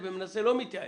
ומנסה, לא מתייאש,